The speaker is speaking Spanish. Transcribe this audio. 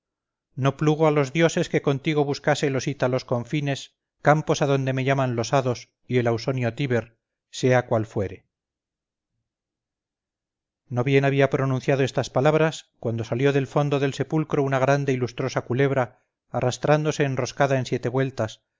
no plugo a los dioses que contigo buscase los ítalos confines campos adonde me llaman los hados y el ausonio tíber sea cual fuere no bien había pronunciado estas palabras cuando salió del fondo del sepulcro una grande y lustrosa culebra arrastrándose enroscada en siete vueltas